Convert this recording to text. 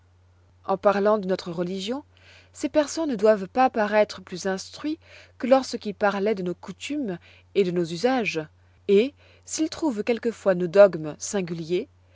en parlant de notre religion ces persans ne doivent pas paroître plus instruits que lorsqu'ils parloient de nos coutumes et de nos usages et s'ils trouvent quelquefois nos dogmes singuliers